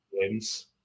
games